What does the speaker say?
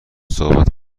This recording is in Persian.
صحبت